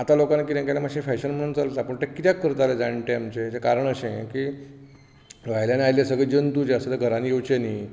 आतां लोकांनी कितें केलां मातशें फॅशन म्हूण चलता पूण तें कित्याक करताले जाण्टे आमचे ताचें कारण अशें की भायल्यान आयले सगळे जंतू जे आसा ते घरांत येवचे न्ही